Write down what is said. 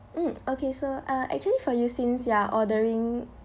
mm okay so uh actually for you since you're ordering